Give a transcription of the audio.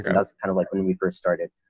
that's kind of like when we first started.